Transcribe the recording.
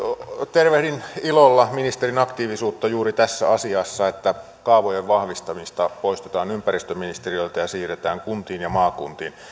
tervehdin ilolla ministerin aktiivisuutta juuri tässä asiassa että kaavojen vahvistamista poistetaan ympäristöministeriöltä ja siirretään kuntiin ja maakuntiin